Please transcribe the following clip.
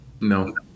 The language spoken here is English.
No